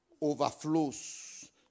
overflows